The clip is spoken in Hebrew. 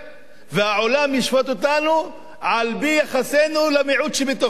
והעולם ישפוט אותנו על-פי יחסנו למיעוט שבתוכנו.